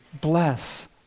bless